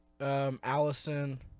Allison